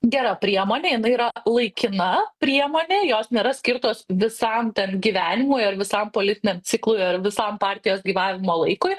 gera priemonė jinai yra laikina priemonė jos nėra skirtos visam ten gyvenimui ar visam politiniam ciklui ar visam partijos gyvavimo laikui